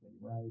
right